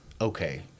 okay